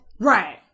Right